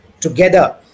together